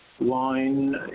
wine